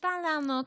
התקשתה לענות,